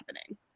happening